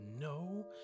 no